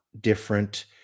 different